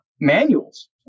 manuals